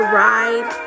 ride